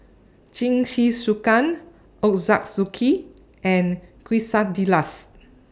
Jingisukan Ochazuke and Quesadillas